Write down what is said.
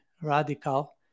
radical